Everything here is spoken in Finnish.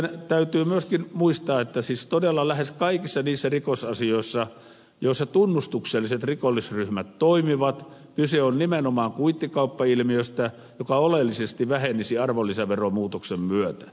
nimittäin täytyy myöskin muistaa että siis todella lähes kaikissa niissä rikosasioissa joissa tunnustukselliset rikollisryhmät toimivat kyse on nimenomaan kuittikauppailmiöstä joka oleellisesti vähenisi arvonlisäveromuutoksen myötä